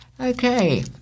Okay